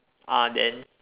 uh then